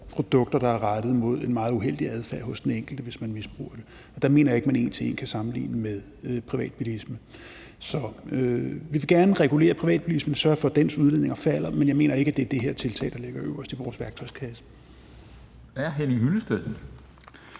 produkter, som kan føre til en meget uheldig adfærd hos den enkelte, hvis man misbruger det, og der mener jeg ikke, at man en til en kan sammenligne det med privatbilisme. Så vi vil gerne regulere privatbilismen og sørge for, at dens udledninger falder, men jeg mener ikke, at det er det her tiltag, der ligger øverst i vores værktøjskasse. Kl. 10:21 Formanden